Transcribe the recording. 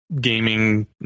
gaming